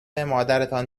مادرتان